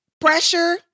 pressure